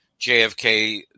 JFK